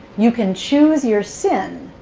you can choose your sin,